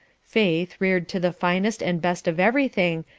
faith, reared to the finest and best of everything,